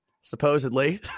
supposedly